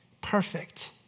Perfect